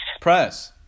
Press